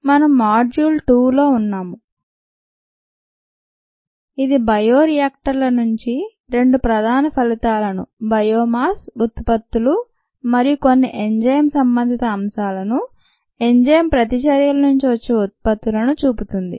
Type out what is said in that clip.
మనము మాడ్యూల్ 2లో ఉన్నాము ఇది బయోరియాక్టర్ల నుండి రెండు ప్రధాన ఫలితాలను బయోమాస్ ఉత్పత్తులు మరియు కొన్ని ఎంజైమ్ సంబంధిత అంశాలను ఎంజైమ్ ప్రతిచర్యల నుండి వచ్చే ఉత్పత్తులను చూపుతుంది